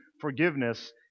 forgiveness